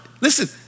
listen